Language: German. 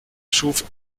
schuf